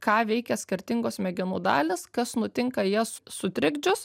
ką veikia skirtingos smegenų dalys kas nutinka jas sutrikdžius